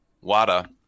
WADA